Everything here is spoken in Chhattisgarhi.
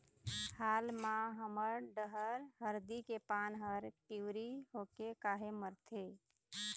हाल मा हमर डहर हरदी के पान हर पिवरी होके काहे मरथे?